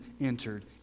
entered